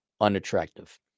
unattractive